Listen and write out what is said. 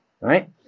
right